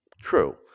true